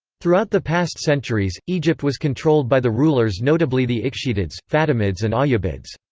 throughout the past centuries, egypt was controlled by the rulers notably the ikhshidids, fatimids and ayyubids.